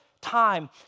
time